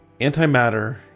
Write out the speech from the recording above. Antimatter